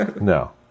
No